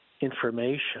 information